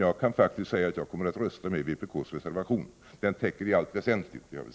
Jag skall faktiskt säga att jag kommer att rösta med vpk:s reservation. Den täcker i allt väsentligt det som jag vill.